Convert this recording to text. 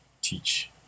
teach